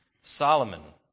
Solomon